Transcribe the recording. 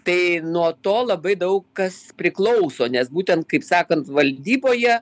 tai nuo to labai daug kas priklauso nes būtent kaip sakant valdyboje